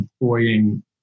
employing